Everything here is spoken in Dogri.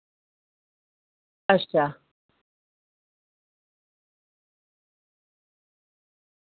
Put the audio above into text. अच्छा